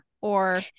or-